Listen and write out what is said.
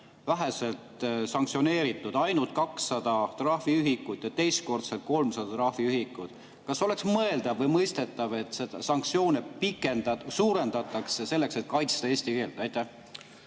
väheselt sanktsioneeritud, ainult 200 trahviühikut ja teistkordselt 300 trahviühikut. Kas oleks mõeldav või mõistetav, et sanktsioone suurendatakse selleks, et kaitsta eesti keelt? Aitäh,